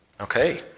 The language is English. Okay